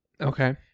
Okay